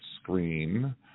screen